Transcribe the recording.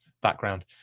background